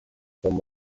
from